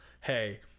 Hey